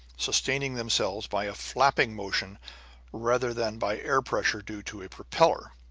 sustaining themselves by a flapping motion rather than by air-pressure due to a propeller.